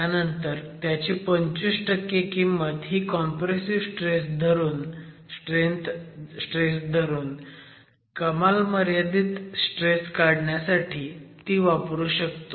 त्यानंतर त्याची 25 किंमत ही कॉम्प्रेसिव्ह स्ट्रेस धरून कमाल मर्यादित स्ट्रेस काढण्यासाठी ती वापरू शकतो